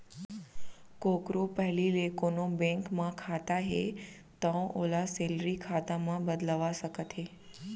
कोकरो पहिली ले कोनों बेंक म खाता हे तौ ओला सेलरी खाता म बदलवा सकत हे